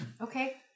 Okay